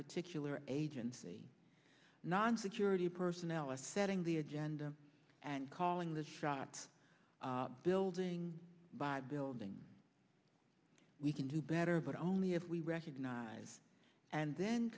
particular agency non security personnel are setting the agenda and calling the shots building by building we can do better but only if we recognize and then